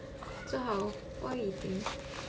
so how what we eating